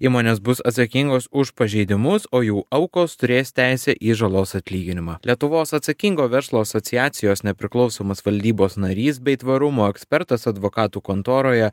įmonės bus atsakingos už pažeidimus o jų aukos turės teisę į žalos atlyginimą lietuvos atsakingo verslo asociacijos nepriklausomas valdybos narys bei tvarumo ekspertas advokatų kontoroje